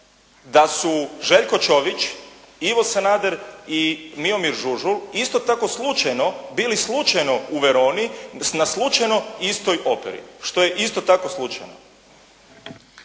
da su Željko Čović, Ivo Sanader i Miomir Žužul isto tako slučajno bili slučajno u Veroni na slučajno istoj operi, što je isto tako slučajno.